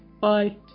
bye